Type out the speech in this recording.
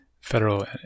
federal